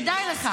כדאי לך.